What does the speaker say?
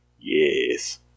Yes